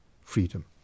freedom